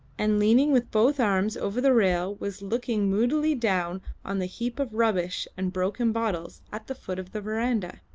and leaning with both arms over the rail, was looking moodily down on the heap of rubbish and broken bottles at the foot of the verandah.